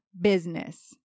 business